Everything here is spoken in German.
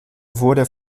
wurde